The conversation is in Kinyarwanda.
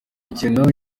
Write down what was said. ikintu